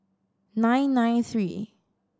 nine nine three